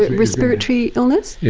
but respiratory illness? yeah